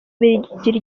bigira